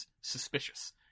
suspicious